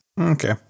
Okay